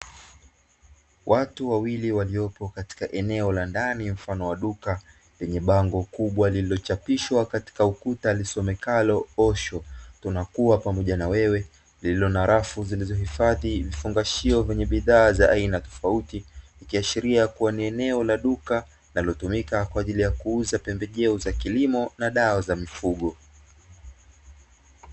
Watu wawili waliopo katika eneo la ndani mfano wa duka lenye bango kubwa lililochapishwa katika ukuta lisomekalo "OSHO" tunakua pamoja na wewe, lililo na rafu zilizohifadhi vifungashio vyenye bidhaa za aina tofauti, ikiashiria kuwa ni eneo la duka linalotumika kwa ajili ya kuuza pembejeo za kilimo na dawa za mifugo.